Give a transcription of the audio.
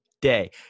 day